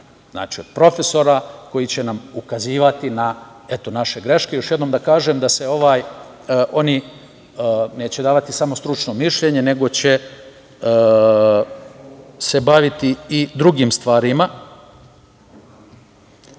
Znači, od profesora koji će nam ukazivati na greške. Još jednom da kažem da oni neće davati samo stručno mišljenje nego će se baviti i drugim stvarima. Planirano